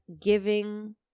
giving